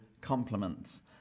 compliments